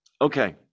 Okay